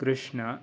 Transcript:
कृष्णः